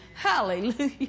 Hallelujah